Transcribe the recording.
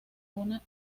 una